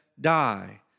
die